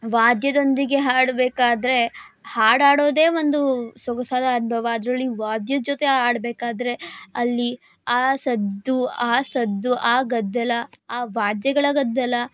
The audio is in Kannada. ವಾದ್ಯದೊಂದಿಗೆ ಹಾಡಬೇಕಾದ್ರೆ ಹಾಡು ಹಾಡೋದೆ ಒಂದು ಸೊಗಸಾದ ಅನುಭವ ಅದರಲ್ಲಿ ವಾದ್ಯದ ಜೊತೆ ಹಾಡ್ಬೇಕಾದ್ರೆ ಅಲ್ಲಿ ಆ ಸದ್ದು ಆ ಸದ್ದು ಆ ಗದ್ದಲ ಆ ವಾದ್ಯಗಳ ಗದ್ದಲ